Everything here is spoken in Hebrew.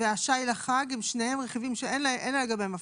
ושי לחג, שניהם רכיבים שאין לגביהם הפרשות.